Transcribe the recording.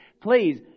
please